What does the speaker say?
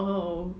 oh